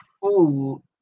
Food